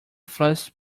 first